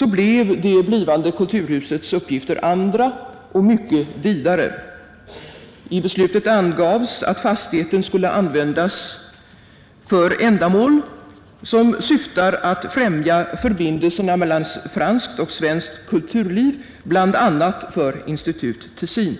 blev det blivande kulturhusets uppgifter andra och mycket vidare. I beslutet angavs att fastigheten skulle användas för uppgifter som syftade till att främja förbindelserna mellan franskt och svenskt kulturliv, bl.a. för Tessininstitutet.